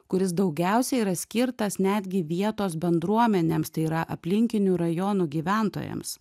kuris daugiausia yra skirtas netgi vietos bendruomenėms tai yra aplinkinių rajonų gyventojams